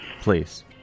Please